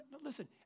Listen